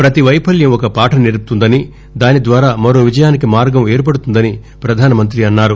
ప్రతి వైఫల్యం ఒక పాఠం నేర్పుతుందని దాని ద్వారా మరో విజయానికి మార్గం ఏర్పడుతుందని ప్రధానమంతి అన్నారు